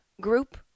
group